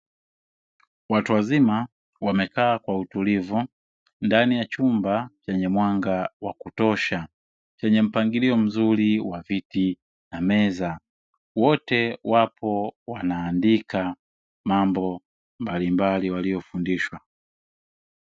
Watu wazima wamekaa kwa utulivu ndani ya chumba chenye mwanga wa kutosha. Chenye mpangilio mzuri wa viti na meza, wote wapo wanaandika mambo mbalimbali waliyofundishwa.